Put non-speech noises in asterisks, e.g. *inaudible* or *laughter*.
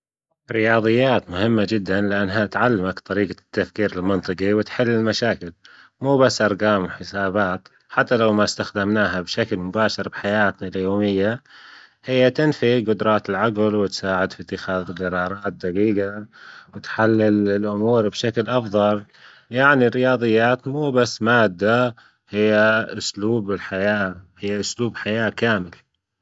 الرياضيات مهمة جدا لأنها تعلمك طريجة التفكيرالمنطقي وتحل المشاكل، مو بس أرجام وحسابات حتى لو ما استخدمناها بشكل مباشر بحياتنا اليومية، هي تنفي جدرات العقل وتساعد في اتخاذ جرارات دجيجة *noise* وتحلل الاأمور بشكل أفضل، يعني الرياضيات مو بس مادة هي أسلوب الحياة هي اسلوب حياة كامل.